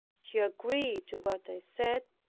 he agreed to what i said,